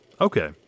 Okay